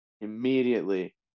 immediately